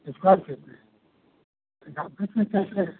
square feet में fit में कैसे है